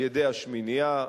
על-ידי השמינייה,